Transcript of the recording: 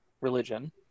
religion